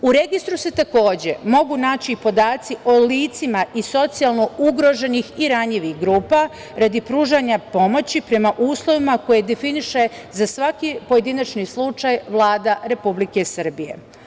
U registru se takođe mogu naći i podaci o licima iz socijalno ugroženih i ranjivih grupa radi pružanja pomoći prema uslovima koje definiše za svaki pojedinačni slučaj Vlada Republike Srbije.